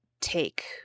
take